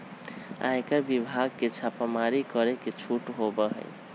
आयकर विभाग के छापेमारी करे के छूट होबा हई